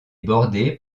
bordée